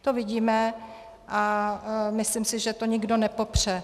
To vidíme a myslím si, že to nikdo nepopře.